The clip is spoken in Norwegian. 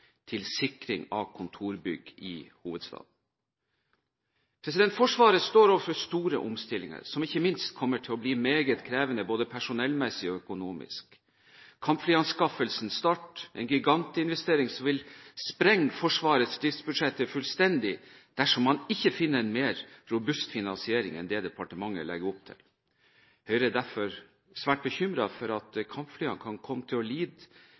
til sikring av kontorbygg i hovedstaden? Forsvaret står overfor store omstillinger, som ikke minst kommer til å bli meget krevende både personellmessig og økonomisk. Kampflyanskaffelsen starter en gigantinvestering som vil sprenge Forsvarets driftsbudsjetter fullstendig dersom man ikke finner en mer robust finansiering enn det departementet legger opp til. Høyre er derfor svært bekymret for at kampflyene kan komme til å lide